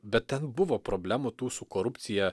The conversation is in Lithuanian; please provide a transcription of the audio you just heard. bet ten buvo problemų tų su korupcija